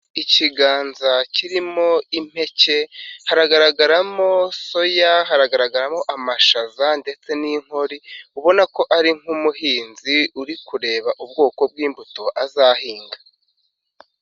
Ikiganza kirimo impeke haragaragaramo soya, haragaragaramo amashaza ndetse n'inkori ubona ko ari nk'umuhinzi uri kureba ubwoko bw'imbuto azahinga.